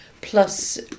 plus